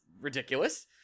ridiculous